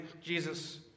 Jesus